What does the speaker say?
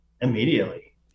immediately